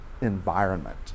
environment